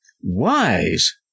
Wise